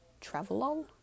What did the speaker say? Travelall